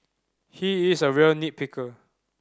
he is a real nit picker